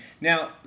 Now